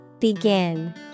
Begin